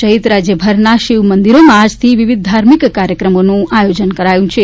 દેશ સહિત રાજયભરના શિવ મંદિરોમાં આજથી વિવિધ ધાર્મિક કાર્યક્રમોનું આયોજન કરાયું છે